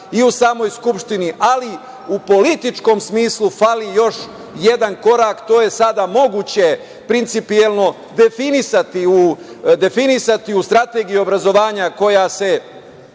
i u samoj Skupštini, ali u političkom smislu fali još jedan korak. To je sada moguće principijelno definisati u strategiji obrazovanja, koja se